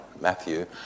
Matthew